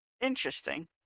Interesting